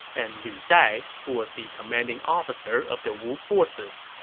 and lu dai, who was the commanding officer of the wu forces.